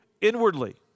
inwardly